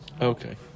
Okay